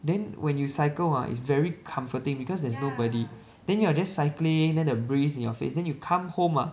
then when you cycle ah it's very comforting because there's nobody then you are just cycling then the breeze in your face then you come home ah